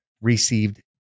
received